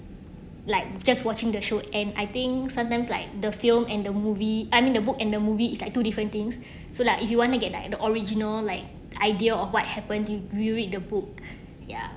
like just watching the show and I think sometimes like the film and the movie I mean the book and the movie it's like two different things so like if you want to get the original like idea of what happens you will read the book ya